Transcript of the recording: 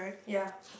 ya